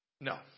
No